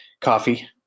coffee